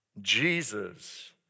Jesus